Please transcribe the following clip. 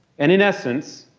and in essence,